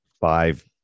Five